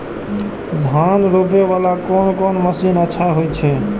धान रोपे वाला कोन मशीन अच्छा होय छे?